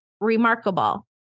remarkable